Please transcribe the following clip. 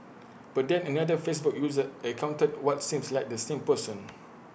but then another Facebook user encountered what seemed like the same person